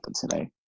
today